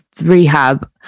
rehab